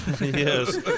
Yes